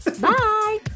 Bye